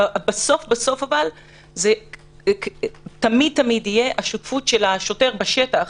בסוף בסוף אבל זה תמיד תמיד תהיה השותפות של השוטר בשטח,